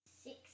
Six